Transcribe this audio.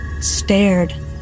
stared